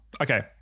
Okay